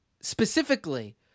specifically